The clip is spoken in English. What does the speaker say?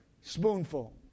Spoonful